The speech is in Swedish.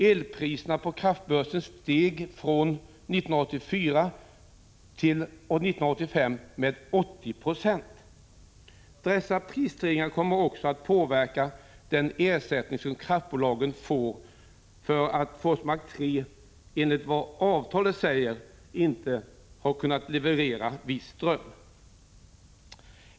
Elpriserna på kraftbörsen steg från 1984 till 1985 med 80 20. Dessa prisstegringar kommer också att påverka den ersättning som kraftbolag får för att Forsmark 3 enligt vad avtalet säger inte har kunnat leverera viss ström.